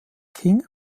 qing